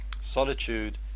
solitude